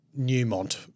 Newmont